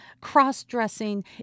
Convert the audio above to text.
cross-dressing